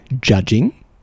judging